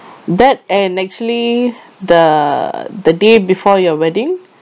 that and actually the the day before your wedding